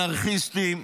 אנרכיסטים,